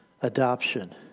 adoption